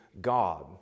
God